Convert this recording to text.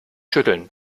schütteln